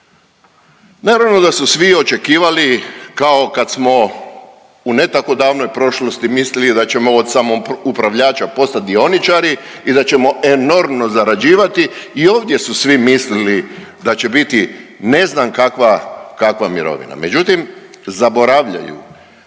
Naravno da su svi očekivali kao kad smo u ne tako davnoj prošlosti mislili da ćemo od samoupravljača postati dioničari i da ćemo enormno zarađivati i ovdje su svi mislili da će biti ne znam kakva mirovina. Međutim, zaboravljaju